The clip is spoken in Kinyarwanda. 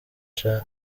nca